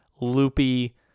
loopy